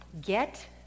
get